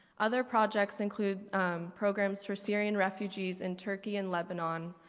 other projects include programs for syrian refugees and turkey and lebanon,